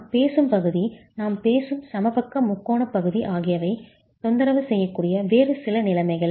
நாம் பேசும்பகுதி நாம் பேசும் சமபக்க முக்கோணப் பகுதி ஆகியவை தொந்தரவு செய்யக்கூடிய வேறு சில நிலைமைகள்